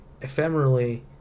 ephemerally